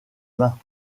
mains